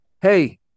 Hey